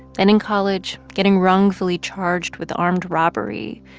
then in college, getting wrongfully charged with armed robbery.